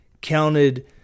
counted